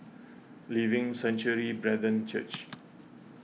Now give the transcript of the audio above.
Living Sanctuary Brethren Church